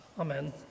Amen